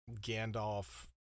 Gandalf